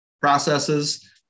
processes